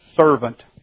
servant